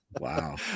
Wow